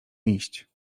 iść